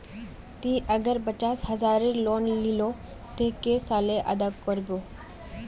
ती अगर पचास हजारेर लोन लिलो ते कै साले अदा कर बो?